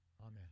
amen